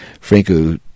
Franco